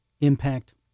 impact